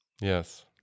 yes